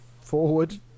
forward